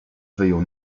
wyjął